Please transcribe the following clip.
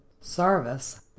service